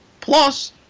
Plus